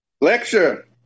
Lecture